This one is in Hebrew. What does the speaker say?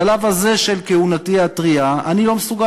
בשלב הזה של כהונתי הטרייה אני לא מסוגל